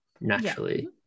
naturally